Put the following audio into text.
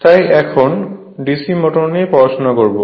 তাই এখন DC motor নিয়ে পড়াশোনা করব